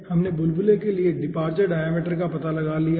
हमने बुलबुले के लिए डिपार्चर डायमीटर का पता लगा लिया है